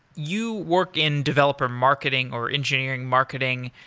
you work in developer marketing, or engineering marketing.